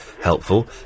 helpful